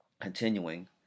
continuing